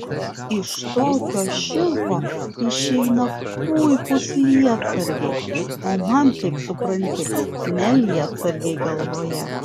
iš tokio šilko išeina puikūs lietsargiai o man kaip supranti ne lietsargiai galvoje